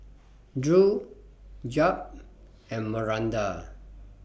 Drew Jep and Maranda